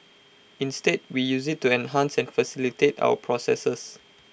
instead we use IT to enhance and facilitate our processes